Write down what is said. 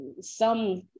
some-